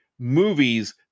movies